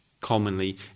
commonly